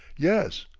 yes.